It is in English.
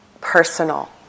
personal